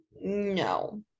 No